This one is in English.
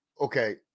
okay